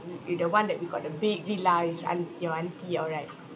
wi~ with the one that we got the big villas aun~ your auntie all right